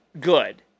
good